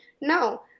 No